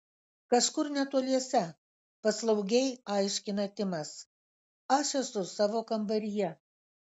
kažkur netoliese paslaugiai aiškina timas aš esu savo kambaryje